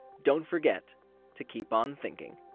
don't forget to keep on thinking!